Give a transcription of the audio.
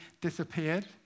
disappeared